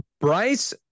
Bryce